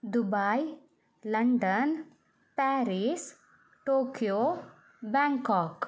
Dubai London Paris Tokyo Bangkok